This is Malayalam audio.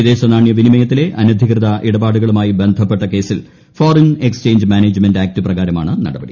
വിദേശ നാണ്യ വിനിമയത്തിലെ അനധികൃത ഇടപാടുകളുമായി ബന്ധപ്പെട്ട കേസിൽ ഫോറിൻ എക്സ്ചേഞ്ച് മാനേജ്മെന്റ് ആക്ട് പ്രകാരമാണ് നടപടി